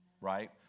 right